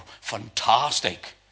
fantastic